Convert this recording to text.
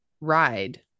ride